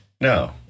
No